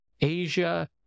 Asia